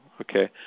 Okay